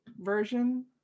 version